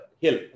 hill